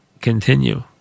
continue